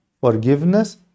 forgiveness